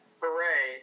hooray